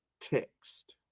text